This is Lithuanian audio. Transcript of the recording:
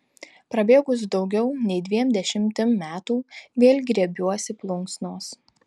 prabėgus daugiau nei dviem dešimtim metų vėl griebiuosi plunksnos